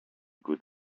good